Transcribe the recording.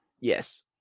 Yes